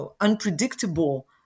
unpredictable